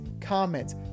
comments